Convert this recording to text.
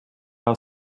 how